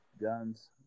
guns